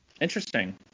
Interesting